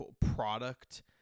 product